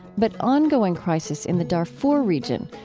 but ongoing crisis in the darfur region,